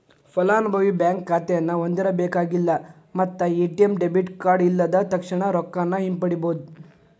ಫಲಾನುಭವಿ ಬ್ಯಾಂಕ್ ಖಾತೆನ ಹೊಂದಿರಬೇಕಾಗಿಲ್ಲ ಮತ್ತ ಎ.ಟಿ.ಎಂ ಡೆಬಿಟ್ ಕಾರ್ಡ್ ಇಲ್ಲದ ತಕ್ಷಣಾ ರೊಕ್ಕಾನ ಹಿಂಪಡಿಬೋದ್